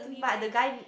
but the guy